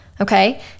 okay